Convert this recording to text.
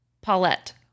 Paulette